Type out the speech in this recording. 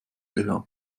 gehört